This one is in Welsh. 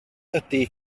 ydy